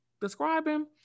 describing